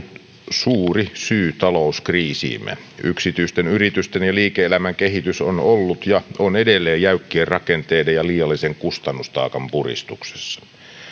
suuri syy talouskriisiimme yksityisten yritysten ja liike elämän kehitys on ollut ja on edelleen jäykkien rakenteiden ja liiallisen kustannustaakan puristuksessa